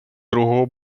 другого